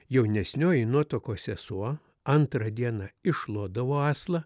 jaunesnioji nuotakos sesuo antrą dieną iššluodavo aslą